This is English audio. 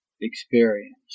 experience